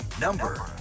Number